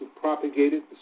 propagated